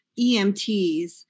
EMTs